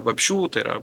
vabzdžių tai yra